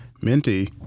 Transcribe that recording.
Minty